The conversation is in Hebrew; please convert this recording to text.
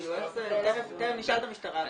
איך זה --- תיכף נשאל את המשטרה.